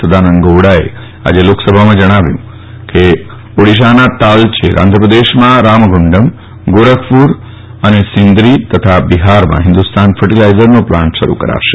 સદાનંદ ગોવડાએ આજે લોકસભામાં જણાવ્યું કે ઓડીશાના તાલચેર આંધ્રપ્રદેશમાં રામગુંડમ ગોરખપુર સિંદરી અને બિહારમાં હિન્દુસ્તાન ફર્ટીલાઇઝરનો પ્લાન્ટ શરૂ કરાશે